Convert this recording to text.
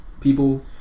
people